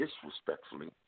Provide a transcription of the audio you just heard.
disrespectfully